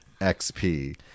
XP